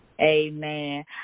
Amen